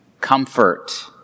comfort